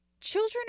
Children